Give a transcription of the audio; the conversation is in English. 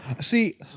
See